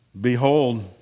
Behold